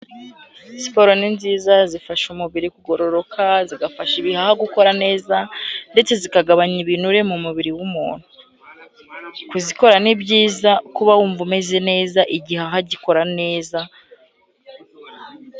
Sporo ni nziza, zifasha umubiri kugororoka, zigafasha ibiha gukora neza, ndetse zikagabanya ibinure mu mubiri w'umuntu. Kuzikora ni byiza, kuko uba wumva umeze neza, igihaha gikora neza...